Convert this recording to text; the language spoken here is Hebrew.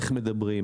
איך מדברים?